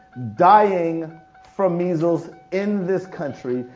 dying from measles in this country,